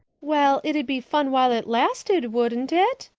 well, it'd be fun while it lasted, wouldn't it?